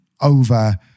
over